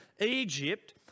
Egypt